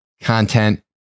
content